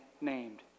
named